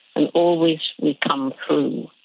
and always we come through.